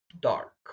dark